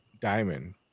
diamond